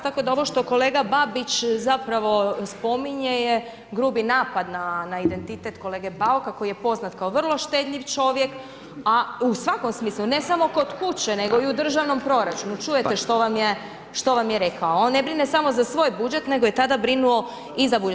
Tako da ovo što kolega Babić zapravo spominje je grubi napad na identitet kolege Bauka, koji je poznat kao vrlo štedljiv čovjek, a u svakom smislu, ne samo kod kuće, nego i u državnom proračunu, čujete što vam je rekao, on ne brine samo za svoj budžet, nego je tada brinuo i za budžet.